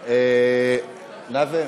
נאזם,